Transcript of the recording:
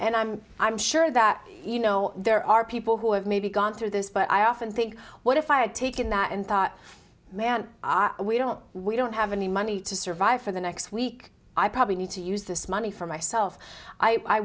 i'm i'm sure that you know there are people who have maybe gone through this but i often think what if i had taken that and thought man are we don't we don't have any money to survive for the next week i probably need to use this money for myself i